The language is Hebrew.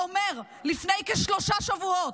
אמר לפני כשלושה שבועות,